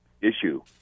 issue